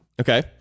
okay